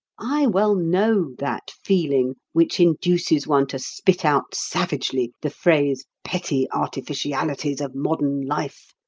i well know that feeling which induces one to spit out savagely the phrase petty artificialities of modern life.